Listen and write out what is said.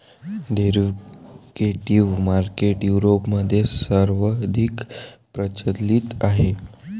derivative market युरोपमध्ये सर्वाधिक प्रचलित आहे